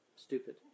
stupid